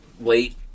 late